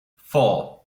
four